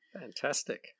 Fantastic